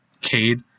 Cade